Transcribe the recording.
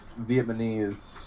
Vietnamese